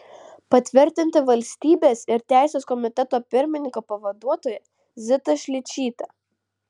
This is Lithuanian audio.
patvirtinti valstybės ir teisės komiteto pirmininko pavaduotoja zitą šličytę